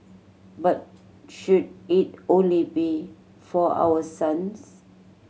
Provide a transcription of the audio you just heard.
but should it only be for our sons